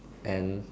and